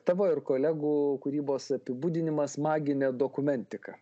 tavo ir kolegų kūrybos apibūdinimas maginė dokumentika